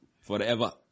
forever